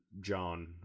John